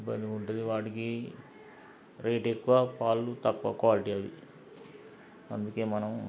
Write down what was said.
ఇబ్బందిగుంటుంది వాటికి రేట్ ఎక్కువ పాలు తక్కువ క్వాలిటీ అవి అందుకే మనం